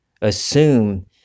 assume